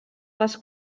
les